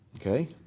Okay